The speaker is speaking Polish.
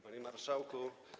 Panie Marszałku!